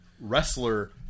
wrestler